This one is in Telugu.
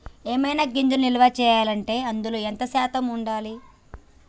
ఏవైనా గింజలు నిల్వ చేయాలంటే అందులో ఎంత శాతం ఉండాలి?